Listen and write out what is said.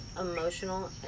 emotional